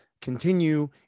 continue